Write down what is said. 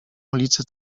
ulicy